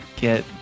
get